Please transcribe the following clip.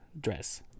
dress